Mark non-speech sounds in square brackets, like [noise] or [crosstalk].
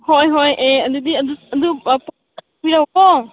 ꯍꯣꯏ ꯍꯣꯏ ꯑꯩ ꯑꯗꯨꯗꯤ ꯑꯗꯨ ꯑꯗꯨ [unintelligible] ꯀꯣ